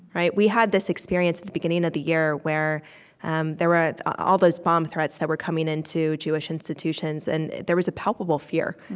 we had this experience, at the beginning of the year, where um there were ah all those bomb threats that were coming into jewish institutions. and there was a palpable fear.